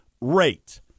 rate